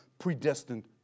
predestined